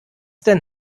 denn